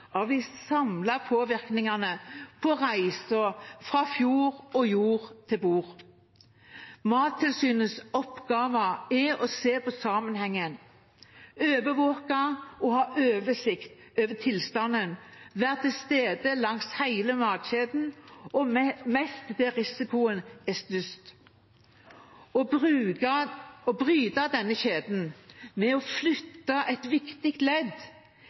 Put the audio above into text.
av de samlede påvirkningene på reisen fra fjord og jord til bord. Mattilsynets oppgave er å se sammenhengene, overvåke og ha oversikt over tilstanden, være til stede langs hele matkjeden, og mest der risikoen er størst. Å bryte denne kjeden ved å flytte et viktig ledd